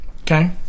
okay